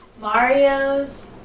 Mario's